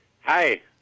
Hi